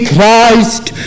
Christ